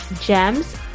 GEMS